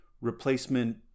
replacement